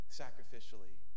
sacrificially